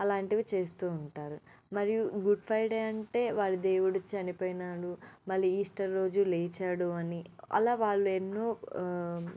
అలాంటివి చేస్తూ ఉంటారు మరియు గుడ్ ఫ్రైడే అంటే వారి దేవుడు చనిపోయినాడు మళ్ళీ ఈస్టర్ రోజు లేచాడు అని అలా వాళ్ళు ఎన్నో